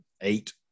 eight